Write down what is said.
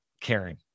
caring